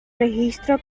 registro